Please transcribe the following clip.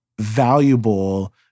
valuable